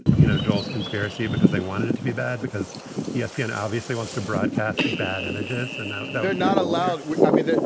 you know, drawls conspiracy, because they wanted it to be bad, because yeah espn and obviously wants to broadcast bad images and now they're not allowed i mean,